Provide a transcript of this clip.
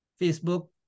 facebook